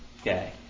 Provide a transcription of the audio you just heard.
Okay